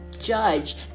judge